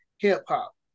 hip-hop